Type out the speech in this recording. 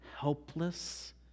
helpless